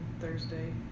Thursday